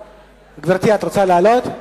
גברתי, את רוצה לעלות?